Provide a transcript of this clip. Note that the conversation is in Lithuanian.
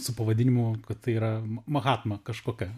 su pavadinimu kad tai yra mahatma kažkokia